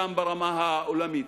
גם ברמה העולמית.